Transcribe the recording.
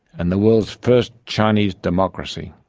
and the world's first chinese democracy.